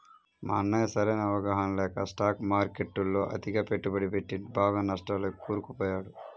మా అన్నయ్య సరైన అవగాహన లేక స్టాక్ మార్కెట్టులో అతిగా పెట్టుబడి పెట్టి బాగా నష్టాల్లోకి కూరుకుపోయాడు